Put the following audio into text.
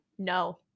No